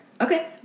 Okay